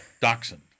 dachshund